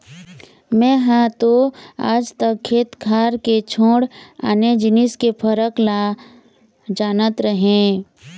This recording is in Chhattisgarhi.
मेंहा तो आज तक खेत खार के छोड़ आने जिनिस के फरक ल जानत रहेंव